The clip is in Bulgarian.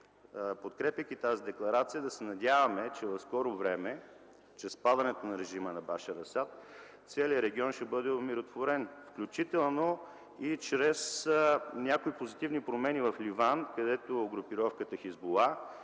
подкрепяйки тази декларация, да се надяваме, че в скоро време чрез падането на режима на Башар Асад целият регион ще бъде умиротворен, включително и чрез някои позитивни промени в Ливан, където групировката „Хисбула”,